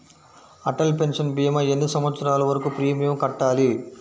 Atal pension భీమా ఎన్ని సంవత్సరాలు వరకు ప్రీమియం కట్టాలి?